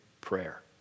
prayer